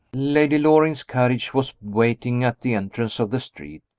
lady loring's carriage was waiting at the entrance of the street,